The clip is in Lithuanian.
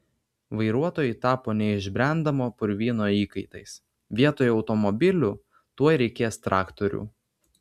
vairuotojai tapo neišbrendamo purvyno įkaitais vietoj automobilių tuoj reikės traktorių